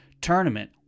tournament